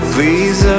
Please